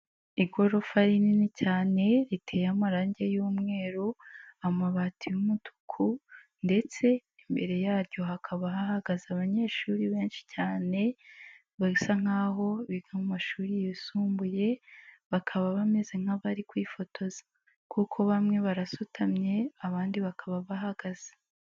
Igorofa rinini cyane riteye amarange y'umweru, amabati y'umutuku ndetse imbere yaryo hakaba hahagaze abanyeshuri benshi cyane, basa nk'aho biga mu mashuri yisumbuye, bakaba bameze nk'abari kwifotoza kuko bamwe barasutamye abandi bakaba bahagaze.